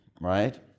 right